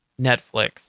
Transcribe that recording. Netflix